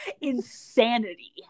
insanity